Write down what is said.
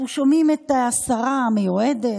אנחנו שומעים את השרה המיועדת,